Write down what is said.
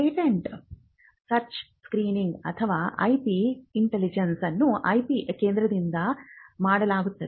patent search screening ಅಥವಾ IP intelligence ಅನ್ನು IP ಕೇಂದ್ರದಿಂದ ಮಾಡಲಾಗುತ್ತದೆ